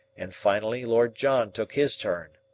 and finally lord john took his turn.